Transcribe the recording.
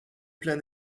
plein